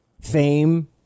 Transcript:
fame